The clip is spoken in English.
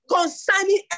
concerning